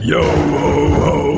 Yo-ho-ho